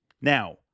Now